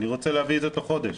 אני רוצה להביא את זה בתוך חודש.